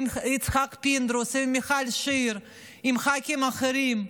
עם יצחק פינדרוס, עם מיכל שיר, עם ח"כים אחרים.